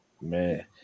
Man